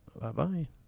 Bye-bye